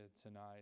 tonight